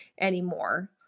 anymore